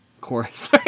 chorus